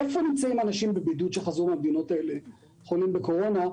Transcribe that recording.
איפה נמצאים אנשים בבידוד שחזרו מן המדינות האלה חולים בקורונה,